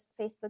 Facebook